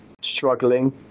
struggling